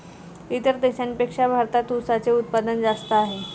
इतर देशांपेक्षा भारतात उसाचे उत्पादन जास्त आहे